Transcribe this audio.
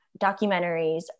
documentaries